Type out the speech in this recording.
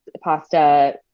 pasta